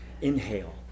inhale